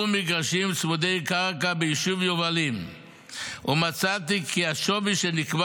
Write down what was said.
מגרשים צמודי קרקע ביישוב יובלים ומצאתי כי השווי שנקבע